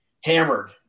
hammered